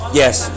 Yes